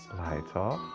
lights off